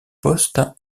postes